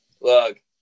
Look